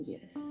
Yes